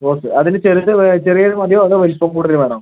rose അതിൽ ചെറുത് ചെറിയത് മതിയോ അതോ വലുപ്പം കൂടുതൽ വേണോ